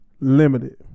limited